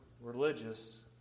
religious